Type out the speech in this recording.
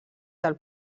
del